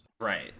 Right